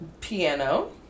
Piano